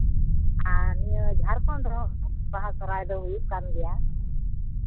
ᱟᱨ ᱱᱤᱭᱟᱹ ᱡᱷᱟᱲᱠᱷᱚᱸᱰ ᱨᱮᱦᱚᱸ ᱵᱟᱦᱟ ᱥᱤᱨᱦᱟᱭ ᱫᱚ ᱦᱩᱭᱩᱜ ᱠᱟᱱ ᱜᱮᱭᱟ